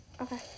Okay